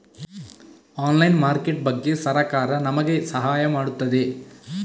Online market ಬಗ್ಗೆ ಸರಕಾರ ನಮಗೆ ಸಹಾಯ ಮಾಡುತ್ತದೆ?